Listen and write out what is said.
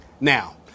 now